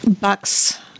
bucks